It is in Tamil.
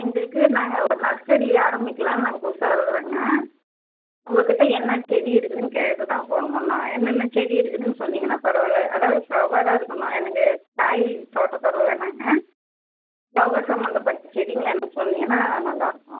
எங்களுக்கு நாங்கள் ஒரு நர்ஸரி ஆரம்பிக்கலாம்னு நாங்கள் புதுசாக இருக்கிறோங்க உங்கக்கிட்டே என்ன செடி இருக்குதுன்னு கேட்க தான் ஃபோன் பண்ணோம்ங்க என்னென்ன செடி இருக்குதுன்னு சொன்னிங்கன்னா பரவாயில்ல அதாவது ஃப்ளவராக இருக்கணும் எனக்கு காய் தோட்டத்தோட வேணாம்ங்க ஃப்ளவர் சம்மந்தப்பட்ட செடிங்கள்லாம் எனக்கு சொன்னிங்கன்னா நல்லாயிருக்கும்